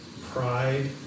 pride